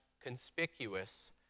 conspicuous